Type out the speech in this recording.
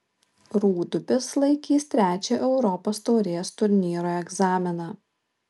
rūdupis laikys trečią europos taurės turnyro egzaminą